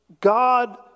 God